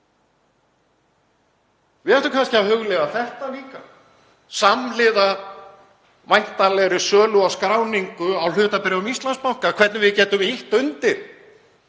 Við ættum kannski að hugleiða þetta líka samhliða væntanlegri sölu og skráningu á hlutabréfum Íslandsbanka, hvernig við gætum ýtt undir